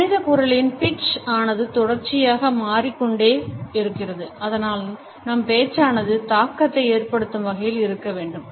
மனித குரலின் pitch ஆனது தொடர்ச்சியாக மாறிக்கொண்டே இருக்கிறது அதனால் நம் பேச்சானது தாக்கத்தை ஏற்படுத்தும் வகையில் இருக்க வேண்டும்